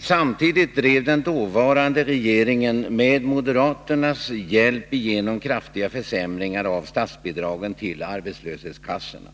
Samtidigt drev den dåvarande regeringen med moderaternas hjälp igenom kraftiga försämringar av statsbidragen till arbetslöshetskassorna.